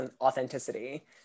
authenticity